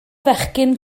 fechgyn